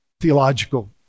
theological